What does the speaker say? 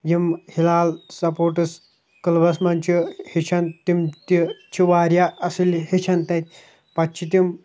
یِم ہلال sports clubs منٛز چھِ ہیٚچھان تِم تہِ چھِ واریاہ اَصٕل ہیٚچھان تَتہِ پَتہٕ چھِ تِم